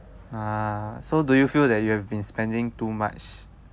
uh so do you feel that you have been spending too much